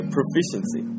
Proficiency